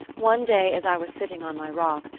one day, as i was sitting on my rock,